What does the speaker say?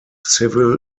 civil